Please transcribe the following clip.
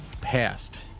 passed